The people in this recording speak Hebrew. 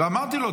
ואמרתי לו,